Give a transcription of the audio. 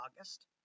August